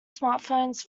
smartphones